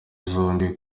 zombi